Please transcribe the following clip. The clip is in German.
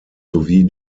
sowie